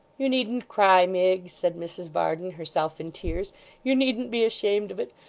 you needn't cry, miggs said mrs varden, herself in tears you needn't be ashamed of it,